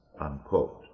unquote